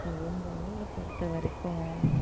so எங்கள் ஊரை பொறுத்தவரைக்கும்